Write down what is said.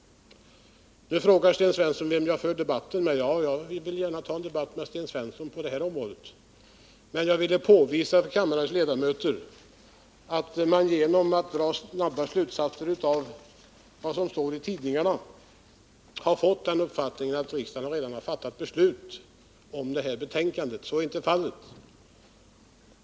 Nu frågar Sten Svensson vem jag för debatten med. Jag vill gärna ta en debatt med Sten Svensson på det här området, men jag ville påvisa för kammarens ledamöter att man, genom att dra snabba slutsatser av vad som står i tidningarna, kan ha fått den uppfattningen att riksdagen redan har fattat beslut om de här betänkandena. Så är inte fallet.